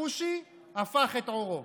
הכושי הפך את עורו.